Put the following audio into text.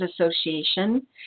Association